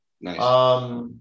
Nice